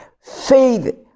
Faith